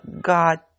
God